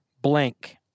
blank